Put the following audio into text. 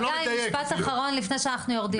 תעצרו כולם, חגי משפט אחרון לפני שאנחנו יורדים.